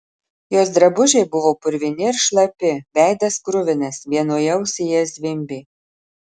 jos drabužiai buvo purvini ir šlapi veidas kruvinas vienoje ausyje zvimbė